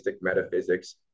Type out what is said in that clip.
metaphysics